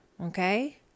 Okay